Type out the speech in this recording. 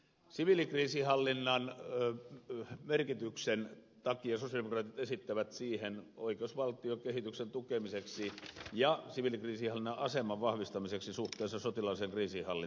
siviilikriisinhallinnan merkityksen takia sosialidemokraatit esittävät siihen lisäystä oikeusvaltion kehityksen tukemiseksi ja siviilikriisinhallinnan aseman vahvistamiseksi suhteessa sotilaalliseen kriisinhallintaan